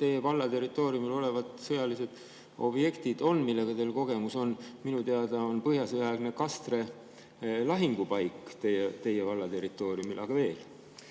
teie valla territooriumil olevad sõjalised objektid, millega teil kogemus on? Minu teada on põhjasõjaaegne Kastre lahingupaik teie valla territooriumil. Aga veel?